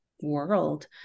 world